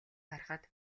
харахад